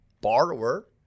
borrower